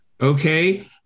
Okay